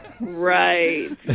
Right